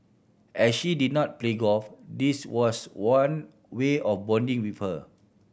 as she did not play golf this was one way of bonding with her